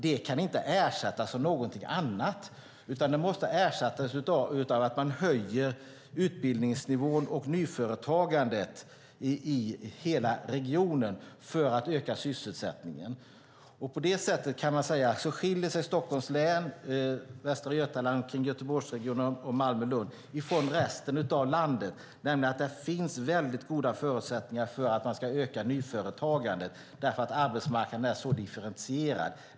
De kan inte ersättas av någonting annat, utan man måste höja utbildningsnivån och nyföretagandet i hela regionen för att öka sysselsättningen. På det sättet skiljer sig Stockholms län, Göteborgsregionen i Västra Götaland och Malmö-Lund ifrån resten av landet eftersom det finns mycket goda förutsättningar för att man ska öka nyföretagandet på grund av att arbetsmarknaden är så differentierad.